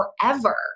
forever